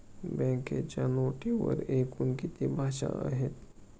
बँकेच्या नोटेवर एकूण किती भाषा आहेत?